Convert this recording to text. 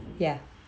ya